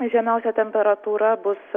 žemiausia temperatūra bus